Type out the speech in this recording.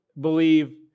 believe